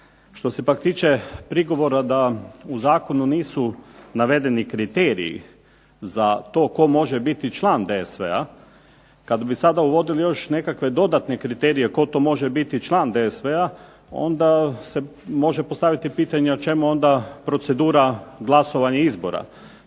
Što se pak tiče prigovora da u zakonu nisu navedeni kriteriji za to tko može biti član DSV-a, kada bi sada uvodili još nekakve dodatne kriterije tko to može biti član DSV-a onda se može postaviti pitanje a čemu onda procedura glasovanje izbora.